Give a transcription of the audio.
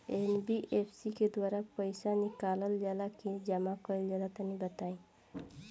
NBFC के द्वारा पईसा निकालल जला की जमा कइल जला तनि बताई?